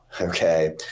Okay